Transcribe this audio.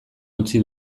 utzi